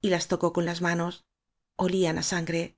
y las tocó con las manos olían á sangre